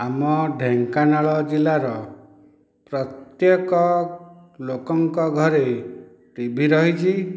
ଆମ ଢେଙ୍କାନାଳ ଜିଲ୍ଲାର ପ୍ରତ୍ୟକ ଲୋକଙ୍କ ଘରେ ଟି ଭି ରହିଛି